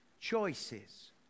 Choices